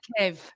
Kev